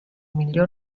miglior